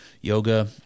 yoga